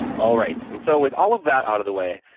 all right, and so with all of that out of the way,